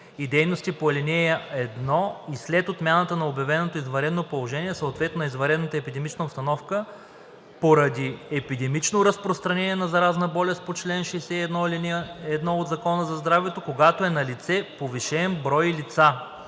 и дейности по ал. 1 и след отмяната на обявено извънредно положение, съответно на извънредна епидемична обстановка поради епидемично разпространение на заразна болест по чл. 61, ал. 1 от Закона за здравето, когато е налице повишен брой лица,